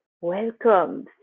welcome